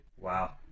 Wow